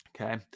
Okay